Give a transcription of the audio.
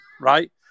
right